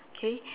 okay